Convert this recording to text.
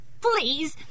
please